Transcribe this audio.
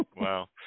Wow